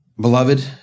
Beloved